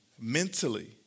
mentally